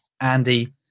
Andy